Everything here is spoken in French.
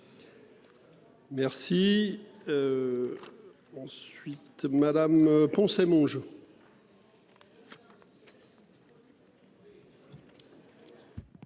Merci. Ensuite Madame Poncet Monge.